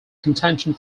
contention